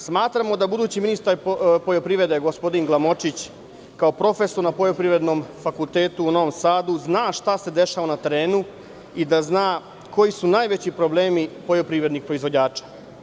Smatramo da budući ministar poljoprivrede, gospodin Glamočić, kao profesor na Poljoprivrednom fakultetu u Novom Sadu zna šta se dešava na terenu i da zna koji su najveći problemi poljoprivrednih proizvođača.